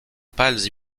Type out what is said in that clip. pâles